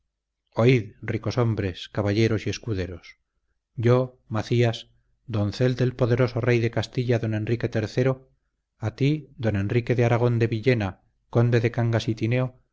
desafío oíd ricos hombres caballeros y escuderos yo macías doncel del poderoso rey de castilla don enrique iii a ti don enrique de aragón de villena conde de cangas y tineo